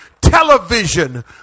television